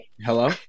Hello